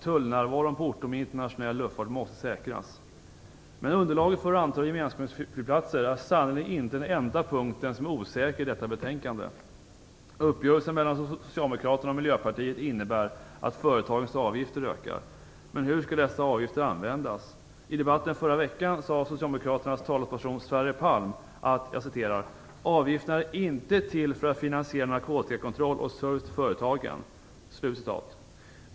Tullnärvaron på orter med internationell luftfart måste säkras. Antalet gemenskapsflygplatser är sannerligen inte den enda punkten som är osäker i detta betänkande. Miljöpartiet innebär att företagens avgifter ökar. Men hur skall dessa avgifter användas? I debatten förra veckan sade Socialdemokraternas talesman Sverre Palm: "Avgifterna är inte till för att finansiera narkotikakontroll och service till företagen."